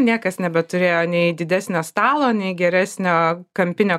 niekas nebeturėjo nei didesnio stalo nei geresnio kampinio